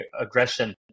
aggression